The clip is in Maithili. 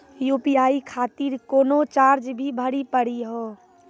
यु.पी.आई खातिर कोनो चार्ज भी भरी पड़ी हो?